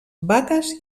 vaques